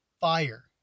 fire